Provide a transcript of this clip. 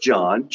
John